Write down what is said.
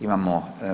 Imamo.